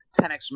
10x